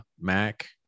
Mac